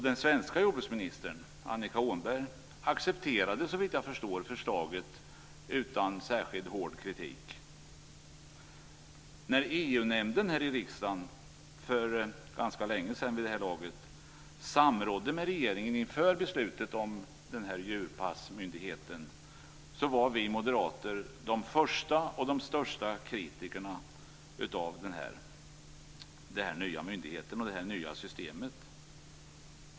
Den svenska jordbruksministern Annika Åhnberg accepterade såvitt jag förstår förslaget utan särskilt hård kritik. När EU-nämnden här i riksdagen för ganska länge sedan samrådde med regeringen inför beslutet om den här djurpassmyndigheten var vi moderater de första och de största kritikerna av denna nya myndighet och detta nya system.